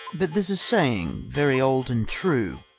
but there's a saying very old and true,